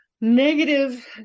negative